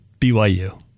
BYU